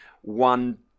one